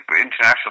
international